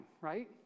right